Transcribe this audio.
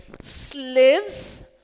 Slaves